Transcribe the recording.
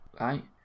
right